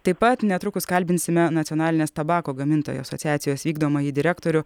taip pat netrukus kalbinsime nacionalinės tabako gamintojų asociacijos vykdomąjį direktorių